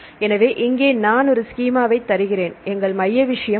எனவே இங்கே நான் ஒரு ஸ்கீமாவை தருகிறேன் எங்கள் மைய விஷயம் இது